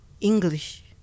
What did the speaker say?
English